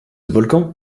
volcan